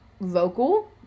vocal